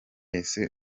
wese